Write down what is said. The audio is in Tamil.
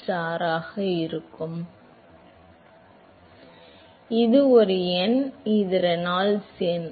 எனவே அது mu ஆல் rho ஆல் மு ஆல் எல் ஸ்கொயர் ஆல் எல் ஆல் உஸ்குவேர் ஆல் டி ஸ்கொயர் உஸ்டார் ஆல் டைஸ்டார் ஸ்கொயர் இந்த சொல் என்ன இது ஒரு எண் ரெனால்ட்ஸ் எண்